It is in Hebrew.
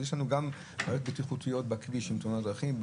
אז יש לנו גם בעיות בטיחותיות בכביש עם תאונת דרכים,